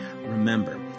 Remember